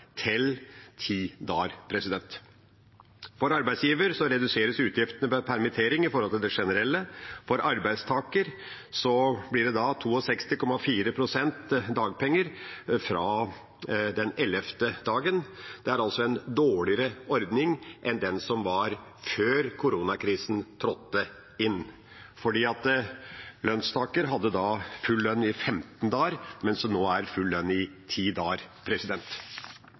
til 10 dager. For arbeidsgiver reduseres utgiftene ved permittering i forhold til det generelle. For arbeidstaker blir det 62,4 pst. dagpenger fra den 11. dagen. Det er altså en dårligere ordning enn den som var før koronakrisen trådte inn, for lønnstaker hadde da full lønn i 15 dager, mens det nå er full lønn i 10 dager.